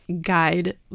guide